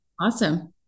Awesome